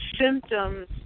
symptoms